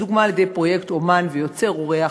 לדוגמה על-ידי פרויקט אמן ויוצר אורח,